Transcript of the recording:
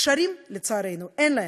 קשרים, לצערנו, אין להם.